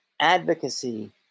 advocacy